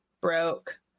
broke